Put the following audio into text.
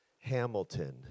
Hamilton